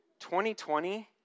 2020